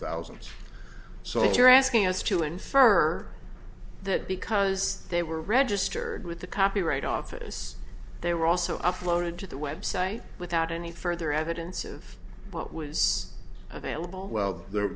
thousand so you're asking us to infer that because they were registered with the copyright office they were also uploaded to the web site without any further evidence of what was available well there